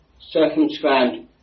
circumscribed